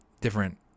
different